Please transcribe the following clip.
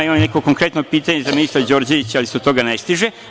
Imam i neko konkretno pitanje za ministra Đorđevića, ali se do toga ne stiže.